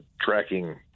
tracking